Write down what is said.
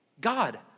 God